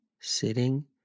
sitting